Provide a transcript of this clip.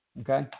Okay